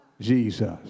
Jesus